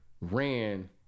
ran